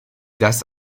das